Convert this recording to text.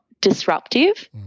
disruptive